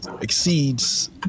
exceeds